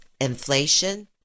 inflation